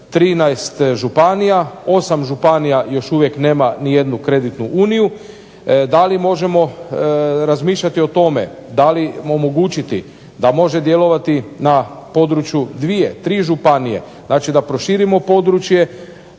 13 županija, 8 županija još uvijek nema ni jednu kreditnu uniju, da li možemo razmišljati o tome da može omogućiti da može djelovati na području dvije, tri županije, znači da proširimo područje.